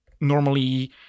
normally